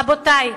רבותי,